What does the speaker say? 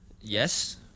Yes